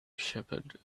shepherd